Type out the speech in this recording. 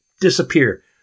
disappear